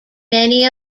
many